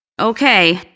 Okay